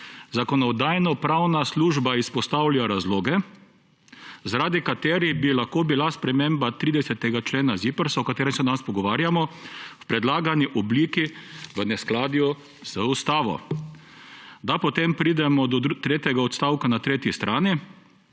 Zakonodajno-pravna služba izpostavlja razloge, zaradi katerih bi lahko bila sprememba 30. člena ZIPRS,« o kateri se danes pogovarjamo,« v predlagani obliki v neskladju z ustavo«. Potem pridemo do tretjega odstavka na tretji strani,